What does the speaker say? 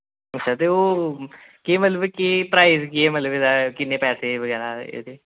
अच्छा ते ओह् केह् मतलब कि प्राईज़ केह् मतलब एह्दा किन्ने पैसे बगैरा एह्दे